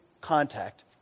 contact